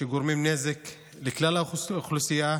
שגורמים נזק לכלל האוכלוסייה,